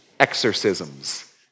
exorcisms